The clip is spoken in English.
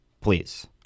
Please